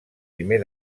primer